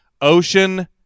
ocean